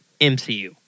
MCU